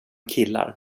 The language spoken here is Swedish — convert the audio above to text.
killar